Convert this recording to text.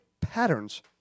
patterns